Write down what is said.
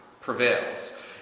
prevails